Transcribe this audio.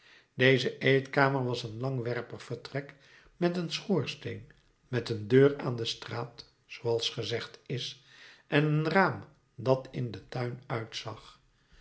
deze eetkamer was een langwerpig vertrek met een schoorsteen met een deur aan de straat zooals gezegd is en een raam dat in den tuin uitzag